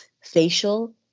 facial